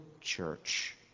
church